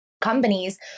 companies